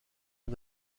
این